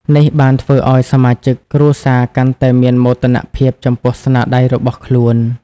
នេះបានធ្វើឱ្យសមាជិកគ្រួសារកាន់តែមានមោទនភាពចំពោះស្នាដៃរបស់ខ្លួន។